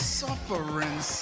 suffering